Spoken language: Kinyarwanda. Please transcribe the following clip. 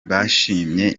bashimye